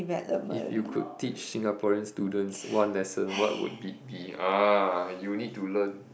if you could teach Singaporean's students one lesson what would it be ah you need to learn